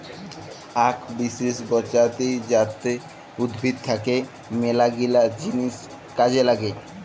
আক বিসেস প্রজাতি জাট উদ্ভিদ থাক্যে মেলাগিলা জিনিস কাজে লাগে